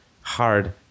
hard